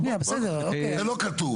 זה לא כתוב,